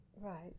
Right